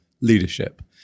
leadership